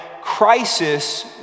crisis